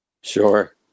Sure